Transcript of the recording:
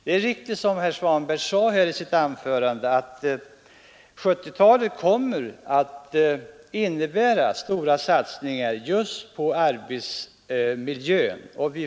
Det är riktigt som herr Svanberg sade i sitt anförande att 1970-talet kommer att innebära stora satsningar just på arbetsmiljön.